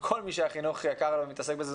כל מי שהחינוך יקר לו ומתעסק בזה,